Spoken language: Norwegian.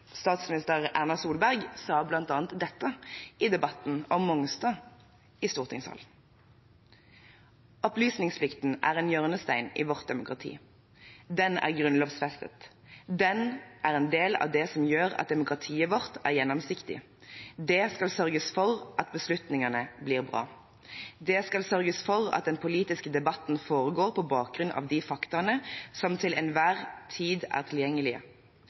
statsminister Erna Solberg sa bl.a. dette i debatten om Mongstad i stortingssalen: «Opplysningsplikten er en hjørnesten i vårt demokrati. Den er grunnlovsfestet. Den er en del av det som gjør at demokratiet vårt er gjennomsiktig. Det skal sørges for at beslutningene blir bra. Det skal sørges for at den politiske debatten foregår på bakgrunn av de faktaene som til enhver tid er tilgjengelige.